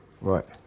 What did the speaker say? Right